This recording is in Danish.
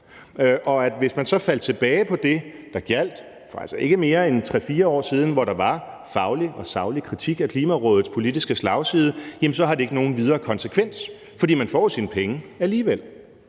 at hvis man så falder tilbage til det, der gjaldt for altså ikke mere end 3-4 år siden, hvor der blev udtrykt faglig og saglig kritik af Klimarådets politiske slagside, så har det ikke nogen videre konsekvens, for man jo får sine penge alligevel.